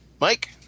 Mike